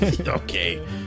Okay